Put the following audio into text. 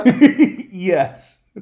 Yes